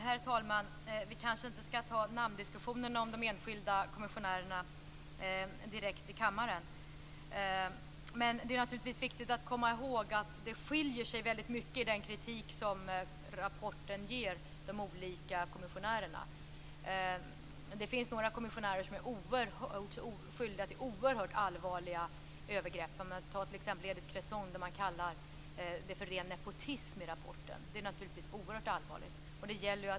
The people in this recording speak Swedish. Herr talman! Vi kanske inte skall ta namndiskussionerna om de enskilda kommissionärerna direkt i kammaren. Det är naturligtvis viktigt att komma ihåg att det skiljer sig väldigt mycket i den kritik som rapporten ger de olika kommissionärerna. Några kommissionärer har gjort sig skyldiga till oerhört allvarliga övergrepp. Ta t.ex. Edith Cresson. I rapporten kallas det som hänt för ren nepotism. Detta är naturligtvis oerhört allvarligt.